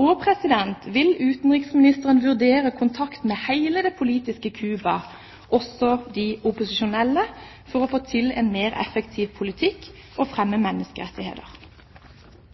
og vil utenriksministeren vurdere kontakt med hele det politiske Cuba, også de opposisjonelle, for å få til en mer effektiv politikk og fremme menneskerettigheter?